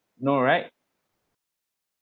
no right